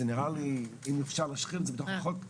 אם אפשר להשחיל את זה בתוך החוק,